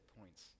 points